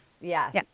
yes